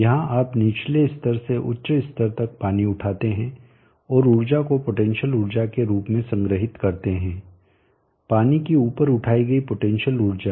यहां आप निचले स्तर से उच्च स्तर तक पानी उठाते हैं और ऊर्जा को पोटेंशियल ऊर्जा के रूप में संग्रहीत करते हैं पानी की ऊपर उठाई गयी पोटेंशियल ऊर्जा